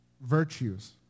virtues